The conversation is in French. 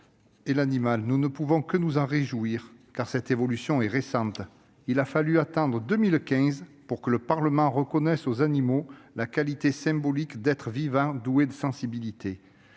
et l'animal. Nous ne pouvons que nous en réjouir, d'autant que cette évolution est récente. Il a fallu attendre 2015 pour que le Parlement reconnaisse aux animaux la qualité symbolique d'« êtres vivants doués de sensibilité